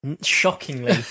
Shockingly